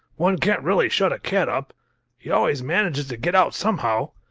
one can't really shut a cat up he always manages to get out somehow.